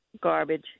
garbage